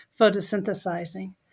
photosynthesizing